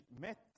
met